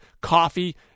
coffee